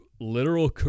literal